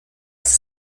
dass